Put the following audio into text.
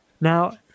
Now